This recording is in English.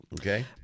okay